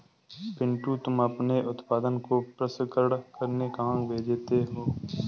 पिंटू तुम अपने उत्पादन को प्रसंस्करण करने कहां भेजते हो?